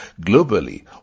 globally